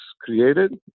created